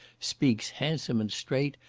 speaks handsome and straight,